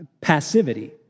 passivity